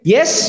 Yes